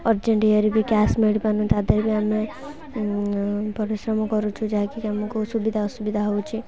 urgent ଇଏରେ ବି cash ମିଳିପାରୁନି ତା'ଦେହେରେ ବି ଆମେ ପରିଶ୍ରମ କରୁଛୁ ଯାହାକି ଆମକୁ ସୁବିଧା ଅସୁବିଧା ହେଉଛି